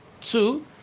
Two